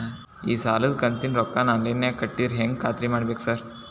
ಈ ಸಾಲದ ಕಂತಿನ ರೊಕ್ಕನಾ ಆನ್ಲೈನ್ ನಾಗ ಕಟ್ಟಿದ್ರ ಹೆಂಗ್ ಖಾತ್ರಿ ಮಾಡ್ಬೇಕ್ರಿ ಸಾರ್?